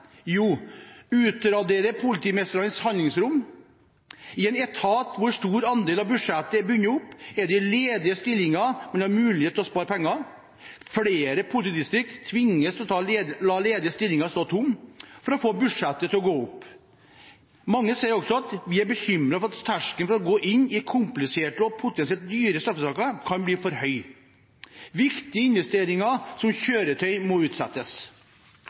handlingsrom. I en etat hvor en stor andel av budsjettet er bundet opp, er det med ledige stillinger man har mulighet til å spare penger. Flere politidistrikt tvinges til å la ledige stillinger stå tomme for å få budsjettet til å gå opp. Mange sier også at de er bekymret for at terskelen for å gå inn i kompliserte og potensielt dyre straffesaker kan bli for høy. Viktige investeringer, som kjøretøy, må utsettes.